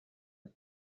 was